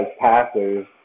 passers